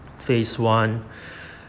phase one